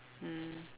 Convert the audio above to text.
mm